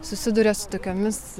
susiduria su tokiomis